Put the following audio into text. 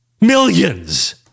millions